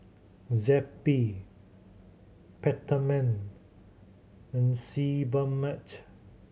Zappy Peptamen and Sebamed